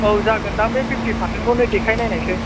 औ जागोनदां बे फिफ्टि फारसेन्टखौनो देखायनायनिसै